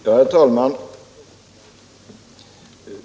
Herr talman!